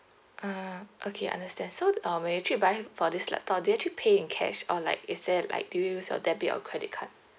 ah okay understand so um when you actually buy for this laptop did you actually pay in cash or like is it like did you use your debit or credit card